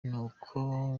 nuko